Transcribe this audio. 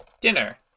dinner